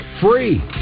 free